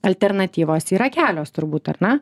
alternatyvos yra kelios turbūt ar ne